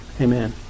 Amen